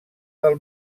del